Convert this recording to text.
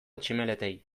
tximeletei